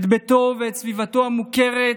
את ביתו ואת סביבתו המוכרת,